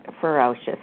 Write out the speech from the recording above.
ferocious